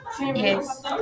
Yes